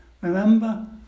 Remember